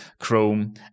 Chrome